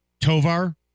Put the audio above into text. Tovar